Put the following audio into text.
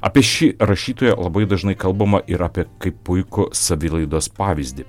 apie šį rašytoją labai dažnai kalbama ir apie kaip puikų savilaidos pavyzdį